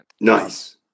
Nice